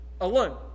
alone